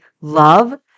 love